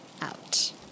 out